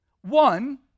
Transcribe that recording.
One